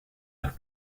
los